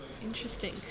Interesting